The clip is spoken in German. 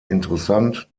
interessant